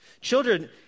Children